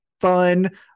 fun